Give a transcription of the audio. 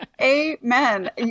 Amen